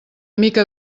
mica